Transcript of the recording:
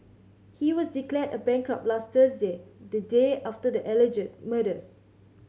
he was declared a bankrupt last Thursday the day after the alleged murders